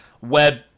Web